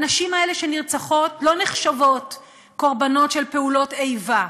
הנשים האלה שנרצחות לא נחשבות קורבנות של פעולות איבה,